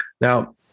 Now